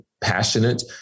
passionate